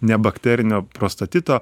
nebakterinio prostatito